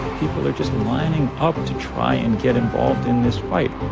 people are just lining up to try and get involved in this fight.